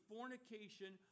fornication